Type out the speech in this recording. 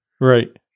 right